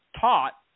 taught